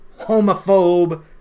homophobe